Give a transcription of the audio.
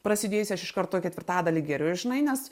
prasidėjusį aš iš karto ketvirtadalį geriu ir žinai nes